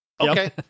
Okay